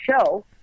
show